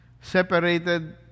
separated